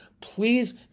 please